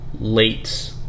late